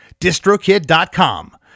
distrokid.com